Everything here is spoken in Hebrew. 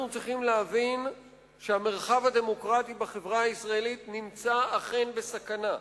אנחנו צריכים להבין שהמרחב הדמוקרטי בחברה הישראלית אומנם נמצא בסכנה,